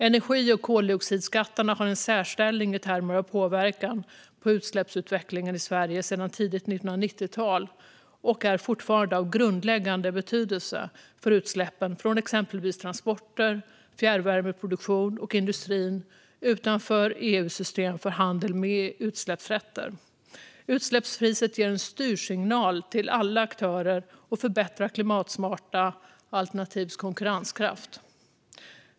Energi och koldioxidskatterna har sedan tidigt 1990-tal en särställning i termer av påverkan på utsläppsutvecklingen i Sverige och är fortfarande av grundläggande betydelse för utsläppen från exempelvis transporter, fjärrvärmeproduktion och industrin utanför EU:s system för handel med utsläppsrätter. Utsläppspriset ger en styrsignal till alla aktörer och förbättrar de klimatsmarta alternativens konkurrenskraft.